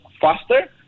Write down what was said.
faster